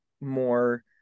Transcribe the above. more